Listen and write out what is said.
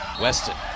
Weston